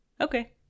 okay